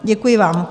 Děkuji vám.